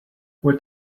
what